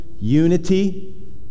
unity